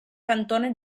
cantone